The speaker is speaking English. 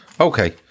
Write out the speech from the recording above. Okay